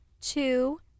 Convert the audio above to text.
two